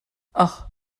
ach